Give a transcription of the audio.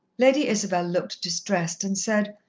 lady isabel looked distressed, and said,